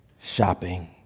shopping